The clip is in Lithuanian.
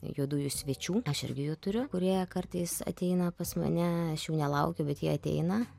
juodųjų svečių aš irgi jų turiu kurie kartais ateina pas mane aš jų nelaukiu bet jie ateina